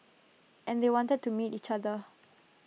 and they wanted to meet each other